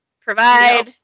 provide